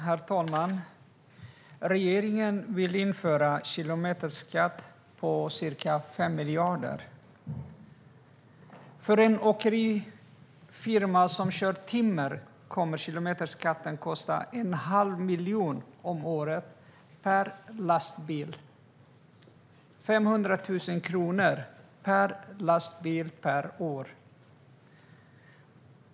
Herr talman! Regeringen vill införa en kilometerskatt om ca 5 miljarder. För en åkerifirma som kör timmer kommer kilometerskatten att kosta en halv miljon om året per lastbil - 500 000 kronor per lastbil och år.